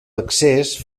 accés